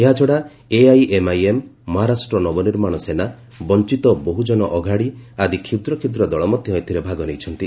ଏହାଛଡ଼ା ଏଆଇଏମ୍ଆଇଏମ୍ ମହାରାଷ୍ଟ୍ର ନବନିର୍ମାଣ ସେନା ବଂଚିତ ବହୁଜନ ଅଘାଡ଼ି ଆଦି କ୍ଷୁଦ୍ରକ୍ଷୁଦ୍ର ଦଳ ମଧ୍ୟ ଏଥିରେ ଭାଗ ନେଇଛନ୍ତି